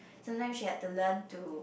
sometimes she had to learn to